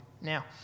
Now